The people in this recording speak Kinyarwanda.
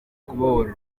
kubohora